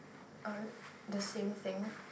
uh the same thing